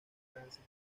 tránsito